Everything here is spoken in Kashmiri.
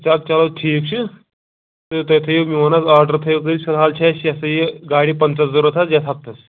چلو چلو ٹھیٖک چھُ تہٕ تُہۍ تھٲوِو میٛون حظ آرڈَر تھٲوِو تُہۍ فِلحال چھِ اَسہِ یا سا یہِ گاڑِ پنٛژاہ ضروٗرت حظ یَتھ ہَفتَس